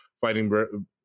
fighting